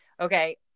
Okay